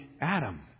adam